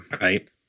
Right